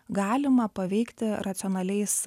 galima paveikti racionaliais